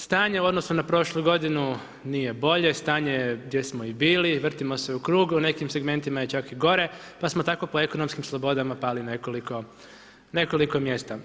Stanje u odnosu na prošlu godinu nije bolje, stanje je gdje smo i bili, vrtimo se u krugu, u nekim segmentima je čak i gore pa smo tako po ekonomskim slobodama pali nekoliko mjesta.